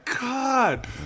God